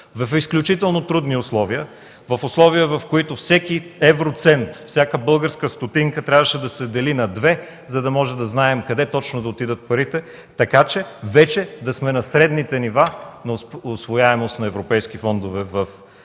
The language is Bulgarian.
в изключително трудни условия, в условия, в които всеки евроцент, всяка българска стотинка трябваше да се дели на две, за да можем да знаем къде точно да отидат парите, така че вече да сме на средните нива на усвояемост на европейските фондове в